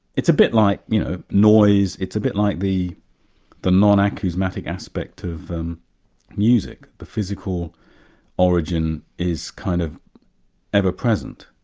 it's a bit like you know noise, it's a bit like the the non-acousmatic aspect of music, the physical origin is kind of ever-present.